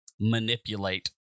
manipulate